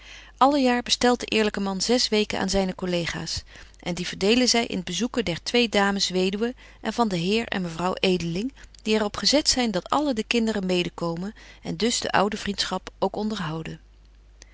alle jaar bestelt de eerlyke man zes weken aan zyne collega's en die verdelen zy in het bezoeken der twee dames weduwen en van den heer en mevrouw edeling die er op gezet zyn dat alle de kinderen mede komen en dus de oude vriendschap ook onderhouden